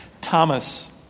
Thomas